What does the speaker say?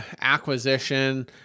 acquisition